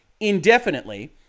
indefinitely